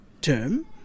term